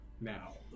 Now